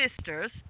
sisters